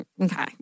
okay